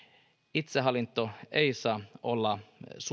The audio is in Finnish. itsehallinto ei saa olla